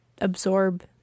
absorb